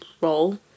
role